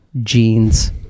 jeans